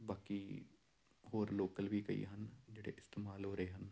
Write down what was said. ਬਾਕੀ ਹੋਰ ਲੋਕਲ ਵੀ ਕਈ ਹਨ ਜਿਹੜੇ ਇਸਤੇਮਾਲ ਹੋ ਰਹੇ ਹਨ